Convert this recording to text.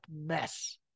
mess